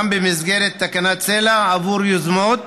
גם במסגרת תקנת סל"ע עבור יוזמות,